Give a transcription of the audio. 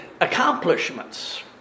accomplishments